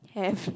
have